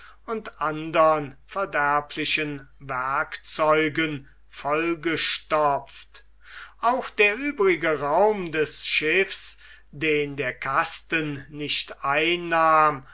und andern verderblichen werkzeugen vollgestopft auch der übrige raum des schiffs den der kasten nicht einnahm